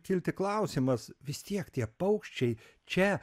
kilti klausimas vis tiek tie paukščiai čia